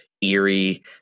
eerie